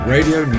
Radio